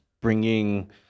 bringing